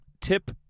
tip